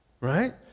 right